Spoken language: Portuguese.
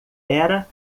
era